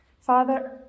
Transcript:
Father